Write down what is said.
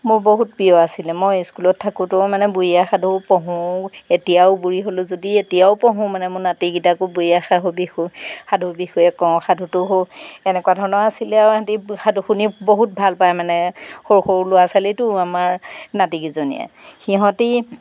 মোৰ বহুত প্ৰিয় আছিলে মই স্কুলত থাকোঁতেও মানে বুঢ়ী আইৰ সাধু পঢ়োঁ এতিয়াও বুঢ়ী হ'লো যদি এতিয়াও পঢ়োঁ মানে মোৰ নাতিকেইটাকো বুঢ়ী আইৰ সাধু বিষো সাধুৰ বিষয়ে কওঁ সাধুটো হো এনেকুৱা ধৰণৰ আছিলে আৰু সিহঁতে সাধু শুনি বহুত ভাল পায় মানে সৰু সৰু ল'ৰা ছোৱালীতো আমাৰ নাতিকেইজনীয়ে সিহঁতে